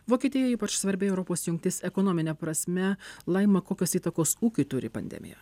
vokietija ypač svarbi europos jungtis ekonomine prasme laima kokios įtakos ūkiui turi pandemija